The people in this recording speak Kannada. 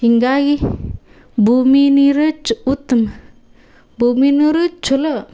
ಹೀಗಾಗಿ ಭೂಮಿ ನೀರೇ ಚ ಉತ್ಮ ಭೂಮಿ ನೀರು ಚಲೋ